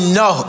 no